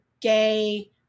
gay